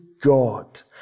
God